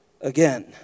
again